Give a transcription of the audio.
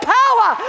power